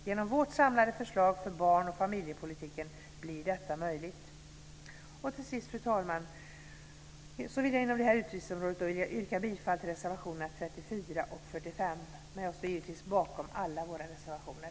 Genom vårt samlade förslag för barn och familjepolitiken blir detta möjligt. Fru talman! Inom detta utgiftsområde vill jag yrka bifall till reservationerna 34 och 45. Jag står givetvis bakom alla våra reservationer.